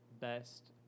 best